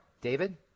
David